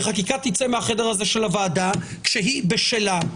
וחקיקה תצא מהחדר הזה של הוועדה כשהיא בשלה,